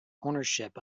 ownership